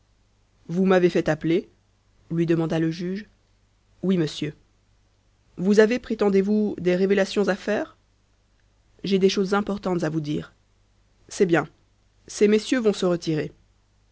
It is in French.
vous m'avez fait appeler lui demanda le juge oui monsieur vous avez prétendez-vous des révélations à faire j'ai des choses importantes à vous dire c'est bien ces messieurs vont se retirer